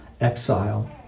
exile